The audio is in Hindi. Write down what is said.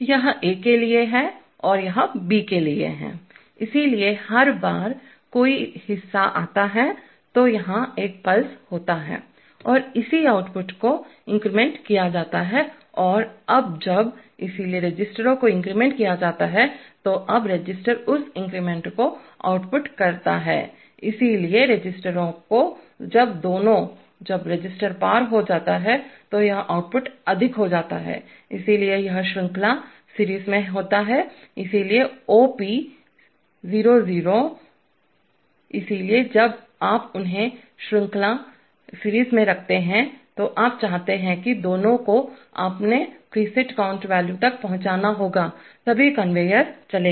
यह A के लिए है और यह B के लिए है इसलिए हर बार जब कोई हिस्सा आता है तो यहां एक पल्स होता है और इसी आउटपुट को इंक्रीमेंट किया जाता है और अब जब इसलिए रजिस्टरों को इंक्रीमेंट किया जाता है तो अब रजिस्टर उस इंक्रीमेंट को आउटपुट करता है इसलिए रजिस्टरों को जब दोनों जब रजिस्टर पार हो जाता है तो यह आउटपुट अधिक हो जाता है इसलिए यह श्रृंखलासीरीज में होता है इसलिए OP00 इसलिए जब आप उन्हें श्रृंखलासीरीज में रखते हैं तो आप चाहते हैं कि दोनों को अपने प्रीसेट काउंट वैल्यू तक पहुंचना होगा तभी कन्वेयर चलेगा